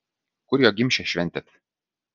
kur jo gimšę šventėt